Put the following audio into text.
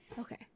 Okay